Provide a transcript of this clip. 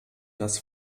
das